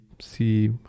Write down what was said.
see